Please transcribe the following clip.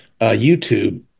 youtube